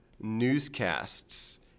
newscasts